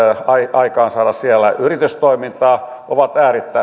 aikaansaada siellä yritystoimintaa ovat